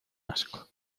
asco